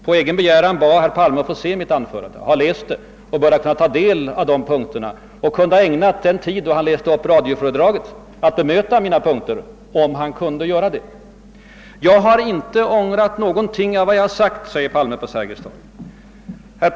Herr Palme bad själv att få se mitt anförande, har läst det och bör ha kunnat ta del av dessa punkter. Han skulle alltså ha kunnat ägna den tid då han läste upp radioföredraget åt att bemöta mina punkter, om det var möjligt för honom. »Jag har inte ångrat någonting av vad jag sagt på Sergels torg», yttrade herr Palme vidare.